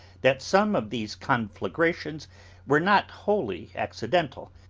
that some of these conflagrations were not wholly accidental,